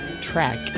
track